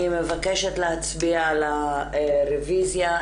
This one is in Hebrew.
אני מבקשת להצביע על הרביזיה,